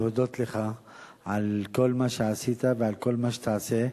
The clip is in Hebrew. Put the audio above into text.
להודות לך על כל מה שעשית ועל כל מה שתעשה.